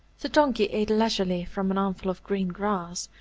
the donkey ate leisurely from an armful of green grass,